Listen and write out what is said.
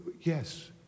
yes